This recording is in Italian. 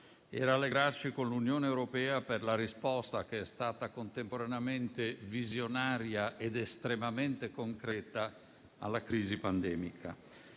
e rallegrarci con l'Unione europea per la risposta, che è stata, contemporaneamente, visionaria ed estremamente concreta alla crisi pandemica.